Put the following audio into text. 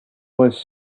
was